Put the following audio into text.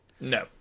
No